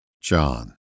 John